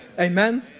Amen